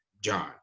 John